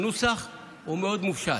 הנוסח מאוד מופשט.